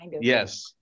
Yes